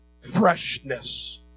freshness